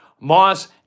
Moss